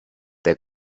der